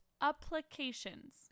applications